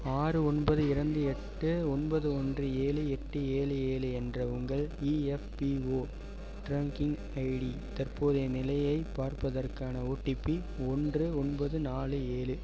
ஆறு ஒன்பது இரண்டு எட்டு ஒன்பது ஒன்று ஏழு எட்டு ஏழு ஏழு என்ற உங்கள் இஎஃப்பிஓ ட்ரன்க்கிங் ஐடி தற்போதைய நிலையைப் பார்ப்பதற்கான ஓடிபி ஒன்று ஒன்பது நாலு ஏழு